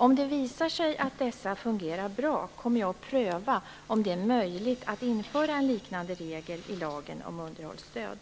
Om det visar sig att dessa fungerar bra kommer jag att pröva om det är möjligt att införa en liknande regel i lagen om underhållsstöd.